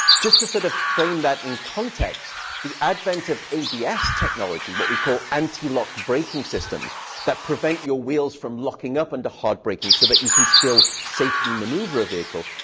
just to sort of frame that in context, the advent of abs technology, what we call anti-lock braking systems that prevent your wheels from locking up into hard braking, so that you can still safely maneuver a vehicle,